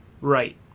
Right